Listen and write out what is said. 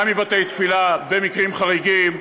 גם מבתי-תפילה במקרים חריגים,